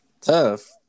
Tough